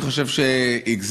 אני חושב שהגזמתם.